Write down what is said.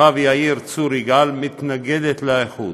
כוכב יאיר, צור יגאל מתנגדת לאיחוד,